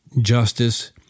justice